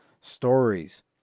stories